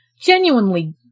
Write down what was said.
genuinely